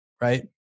right